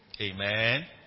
Amen